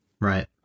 Right